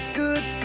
good